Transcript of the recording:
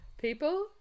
people